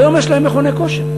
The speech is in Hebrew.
והיום יש להם מכוני כושר,